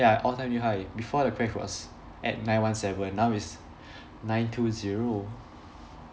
ya all time new high before the crash was at nine one seven now it's nine two zero